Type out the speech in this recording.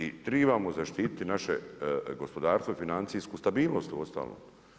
I trebamo zaštiti naše gospodarstvo i financijsku stabilnost uostalom.